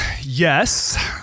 Yes